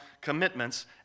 commitments